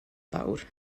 fawr